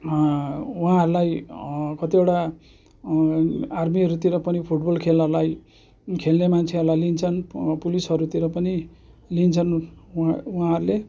उहाँहरूलाई कतिवटा आर्मीहरूतिर पनि फुटबल खेलालाई खेल्ने मान्छेहरूलाई लिन्छन् पुलिसहरूतिर पनि लिन्छन् उहाँ उहाँहरूले